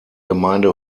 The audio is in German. gemeinde